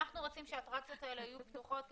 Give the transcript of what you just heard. אנחנו רוצים שהאטרקציות האלה יהיו פתוחות -- גם בסוף השבוע.